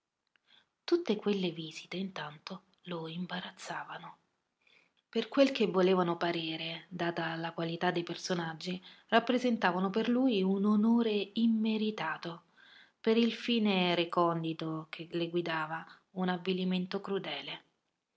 tutte quelle visite intanto lo imbarazzavano per quel che volevano parere data la qualità dei personaggi rappresentavano per lui un onore immeritato per il fine recondito che le guidava un avvilimento crudele